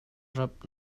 rap